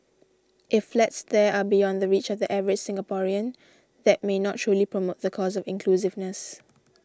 if flats there are beyond the reach of the average Singaporean that may not truly promote the cause of inclusiveness